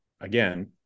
again